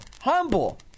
Humble